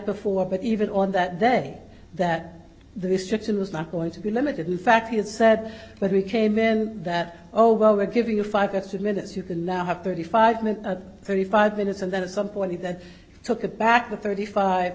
before but even on that day that the restriction was not going to be limited in fact he had said but we came in that oh well we're giving you five extra minutes you can now have thirty five make a thirty five minutes and then at some point he then took it back to thirty five